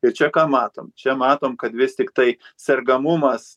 ir čia ką matom čia matom kad vis tiktai sergamumas